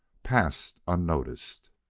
passed unnoticed.